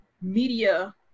media